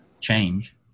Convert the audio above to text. change